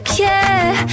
care